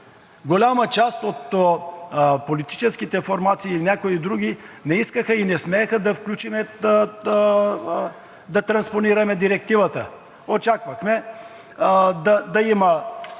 Голяма част от политическите формации и някои други не искаха и не смееха да включим, да транспонираме Директивата. Очаквахме да има